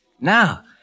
Now